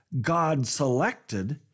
God-selected